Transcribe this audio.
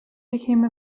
became